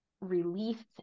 relief